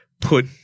put